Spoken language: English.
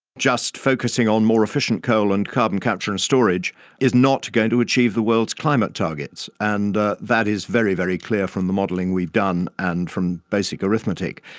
just focussing on more efficient coal and carbon capture and storage is not going to achieve the world's climate targets. and ah that is very very clear from the modelling we've done and from basic arithmetic.